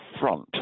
front